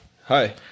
hi